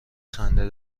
خنده